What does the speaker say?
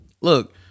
look